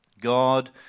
God